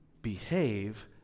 behave